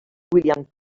william